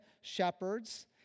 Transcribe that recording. shepherds